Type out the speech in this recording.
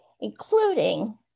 including